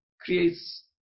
creates